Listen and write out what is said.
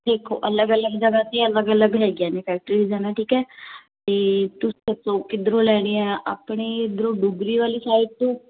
ਦੇਖੋ ਅਲੱਗ ਅਲੱਗ ਜਗ੍ਹਾ 'ਤੇ ਅਲੱਗ ਅਲੱਗ ਹੈਗੀਆਂ ਨੇ ਫੈਕਟਰੀਜ਼ ਹੈ ਨਾ ਠੀਕ ਹੈ ਅਤੇ ਤੁਸੀਂ ਦੱਸੋ ਕਿੱਧਰੋਂ ਲੈਣੀ ਆ ਆਪਣੇ ਇੱਧਰੋਂ ਡੁਗਰੀ ਵਾਲੀ ਸਾਈਡ ਤੋਂ